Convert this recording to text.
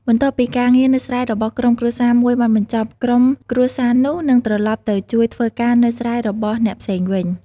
បន្ទាប់ពីការងារនៅស្រែរបស់ក្រុមគ្រួសារមួយបានបញ្ចប់ ក្រុមគ្រួសារនោះនឹងត្រឡប់ទៅជួយធ្វើការនៅស្រែរបស់អ្នកផ្សេងវិញ។